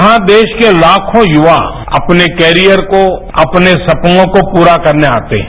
यहां देश के लाखों युवा अपने कैरियर को अपने सपर्नों को पूरा करने आते हैं